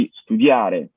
studiare